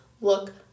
look